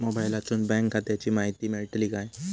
मोबाईलातसून बँक खात्याची माहिती मेळतली काय?